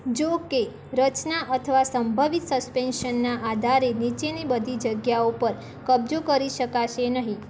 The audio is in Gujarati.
જો કે રચના અથવા સંભવિત સસ્પેન્શનના આધારે નીચેની બધી જગ્યાઓ પર કબજો કરી શકાશે નહીં